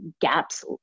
gaps